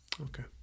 Okay